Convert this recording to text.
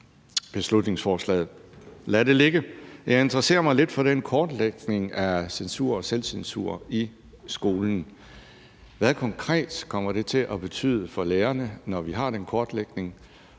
beslutningsforslaget, men lad det ligge. Jeg interesserer mig lidt for den kortlægning af censur og selvcensur i skolen. Hvad kommer det konkret til at betyde for lærerne, når vi har den kortlægning,